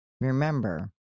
remember